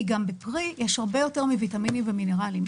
בפרי יש הרבה יותר מוויטמינים ומינרלים.